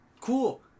Cool